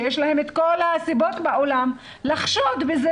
שיש להם את כל הסיבות שבעולם לחשוד בזה